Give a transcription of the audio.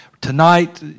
Tonight